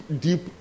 deep